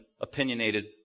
opinionated